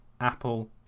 Apple